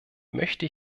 möchte